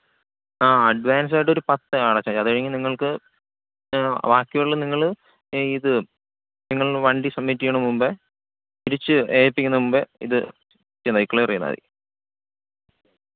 ആ അഡ്വാൻസായിട്ട് ഒരു പത്ത് അടച്ചാൽ മതി അതു കഴിഞ്ഞു നിങ്ങൾക്ക് ബാക്കിയുള്ള നിങ്ങൾ ഇതു നിങ്ങൾ വണ്ടി സബ്മ്മിറ്റ് ചെയ്യുന്ന മുൻപേ തിരിച്ച് ഏൽപ്പിക്കുന്നതിനു മുൻപ് ഇതു ക്ലിയർ ചെയ്താൽ മതി